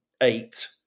eight